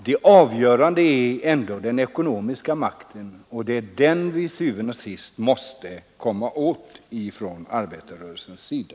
Det avgörande är ändå den ekonomiska makten, och det är den vi til syvende og sidst måste komma åt från arbetarrörelsens sida.